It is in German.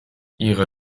ihre